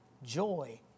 joy